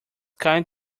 kind